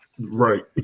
Right